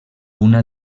una